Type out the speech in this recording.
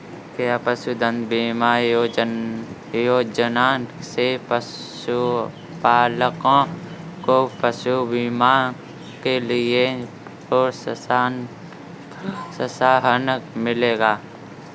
क्या पशुधन बीमा योजना से पशुपालकों को पशु बीमा के लिए प्रोत्साहन मिलेगा?